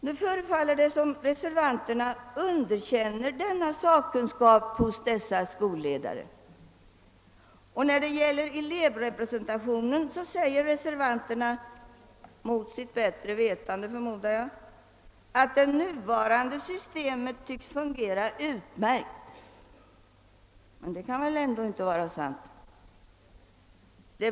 Det förefaller som om reservanterna underkänner sakkunskapen hos dessa skolledare. När det gäller elevrepresentationen säger reservanterna — mot bättre vetande, förmodar jag — att det nuvarande systemet tycks fungera utmärkt. Det kan väl ändå inte vara sant?